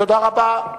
תודה רבה.